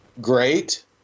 great